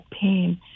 pain